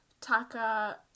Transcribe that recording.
Taka